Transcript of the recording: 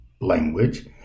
language